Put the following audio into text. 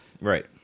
Right